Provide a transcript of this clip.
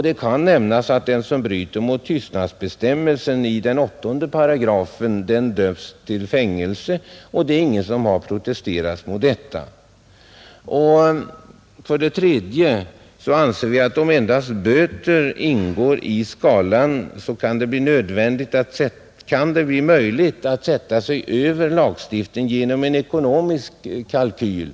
Det kan nämnas att den som bryter mot sekretessbestämmelsen i 8 § döms till fängelse, och det är ingen som har protesterat mot att det är så, Slutligen anser vi att om endast böter ingår i skalan kan det bli möjligt att sätta sig över lagstiftningen genom en ekonomisk kalkyl.